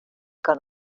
que